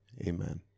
Amen